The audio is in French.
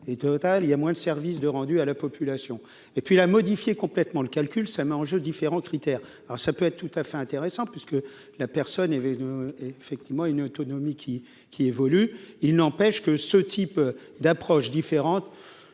l'hôtel il y a moins de service de rendu à la population, et puis la modifier complètement le calcul, ça m'arrange différents critères, alors ça peut être tout à fait intéressant puisque la personne est avait effectivement une autonomie qui qui évolue, il n'empêche que ce type d'approche différente